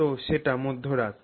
তো সেটা মধ্যরাত